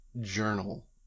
journal